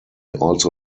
also